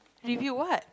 and if you what